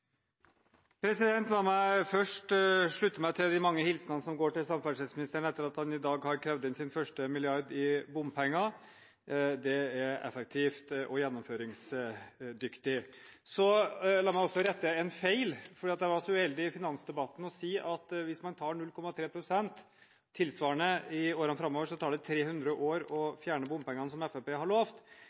La meg først slutte meg til de mange hilsenene som går til samferdselsministeren etter at han i dag har krevd inn sin første milliard i bompenger. Det er effektivt og gjennomføringsdyktig. La meg også rette en feil. Jeg var så uheldig i finansdebatten å si at hvis man tar 0,3 pst., tilsvarende, i årene framover, tar det 300 år å fjerne bompengene som Fremskrittspartiet har